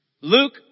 Luke